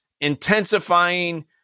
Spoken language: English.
intensifying